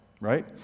right